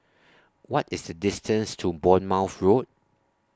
What IS The distance to Bournemouth Road